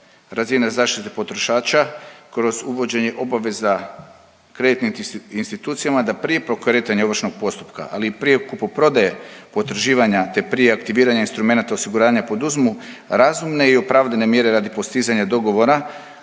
razina zaštite potrošača kroz uvođenje obaveza kreditnim institucijama da prije pokretanja ovršnog postupka, ali i prije kupoprodaje potraživanja, te prije aktiviranja instrumenata osiguranja poduzmu razumne i opravdane mjere radi postizanja dogovora